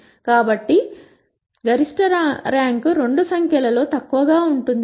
కాబట్టి గరిష్ట ర్యాంక్ రెండు సంఖ్యలలో తక్కువగా ఉంటుంది